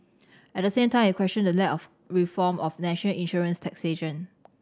at the same time it questioned the lack of reform of national insurance taxation